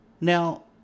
now